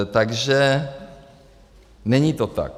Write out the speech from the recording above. Takže není to tak.